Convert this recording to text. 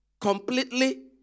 completely